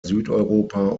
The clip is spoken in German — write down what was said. südeuropa